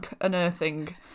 unearthing